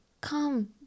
come